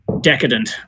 decadent